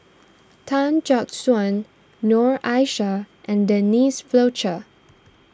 Tan Jack Suan Noor Aishah and Denise Fletcher